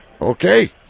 Okay